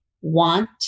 want